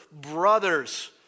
brothers